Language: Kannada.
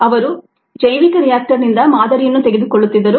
ಅವರು ಜೈವಿಕ ರಿಯಾಕ್ಟರ್ನಿಂದ ಮಾದರಿಯನ್ನು ತೆಗೆದುಕೊಳ್ಳುತ್ತಿದ್ದರು